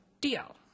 deal